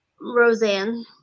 Roseanne